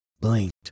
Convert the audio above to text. blinked